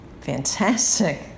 fantastic